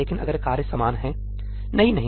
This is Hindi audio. लेकिन अगर कार्य समान है नहीं नहीं